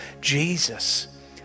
Jesus